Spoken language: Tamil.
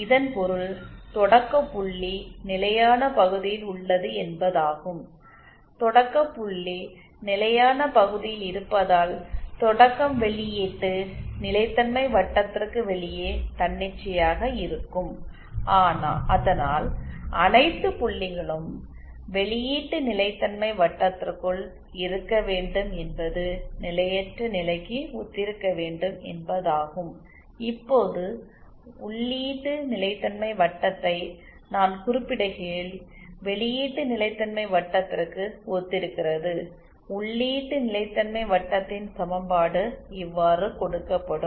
இதன் பொருள் தொடக்கபுள்ளி நிலையான பகுதியில் உள்ளது என்பதாகும் தொடக்க புள்ளி நிலையான பகுதியில் இருப்பதால் தொடக்கம் வெளியீட்டு நிலைத்தன்மை வட்டத்திற்கு வெளியே தன்னிச்சையாக இருக்கும் அதனால் அனைத்து புள்ளிகளும் வெளியீட்டு நிலைத்தன்மை வட்டத்திற்குள் இருக்க வேண்டும் என்பது நிலையற்ற நிலைக்கு ஒத்திருக்க வேண்டும் என்பதாகும் இப்போது உள்ளீட்டு நிலைத்தன்மை வட்டத்தை நான் குறிப்பிடுகையில் வெளியீட்டு நிலைத்தன்மை வட்டத்திற்கு ஒத்திருக்கிறது உள்ளீட்டு நிலைத்தன்மை வட்டத்தின் சமன்பாடு இவ்வாறு கொடுக்கப்படும்